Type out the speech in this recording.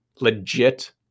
legit